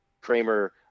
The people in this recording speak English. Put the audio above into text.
Kramer